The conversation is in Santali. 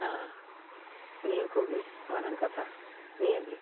ᱦᱮᱸ ᱱᱤᱭᱟᱹ ᱠᱚᱜᱮ ᱢᱟᱨᱟᱝ ᱠᱟᱛᱷᱟ ᱱᱤᱭᱟᱹᱜᱮ